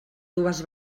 dues